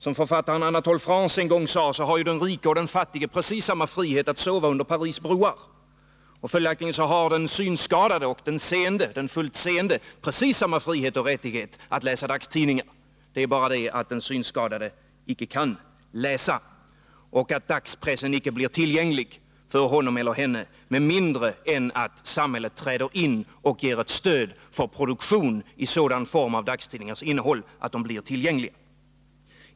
Som författaren Anatole France en gång sade har den rike och den fattige precis samma frihet att sova under Paris broar. Följaktligen har den synskadade och den fullt seende precis samma frihet och rättighet att läsa dagstidningen. Det är bara det att den synskadade icke kan läsa och att dagspressen icke blir tillgänglig för honom eller henne med mindre än att samhället träder in och ger ett stöd för produktion i sådan form av dagstidningars innehåll att de blir tillgängliga.